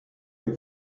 les